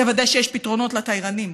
תוודא שיש פתרונות לתיירנים.